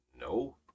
no